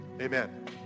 Amen